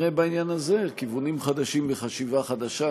נראה בעניין הזה כיוונים חדשים וחשיבה חדשה.